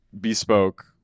bespoke